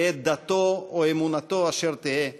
תהא דתו או אמונתו אשר תהא,